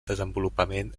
desenvolupament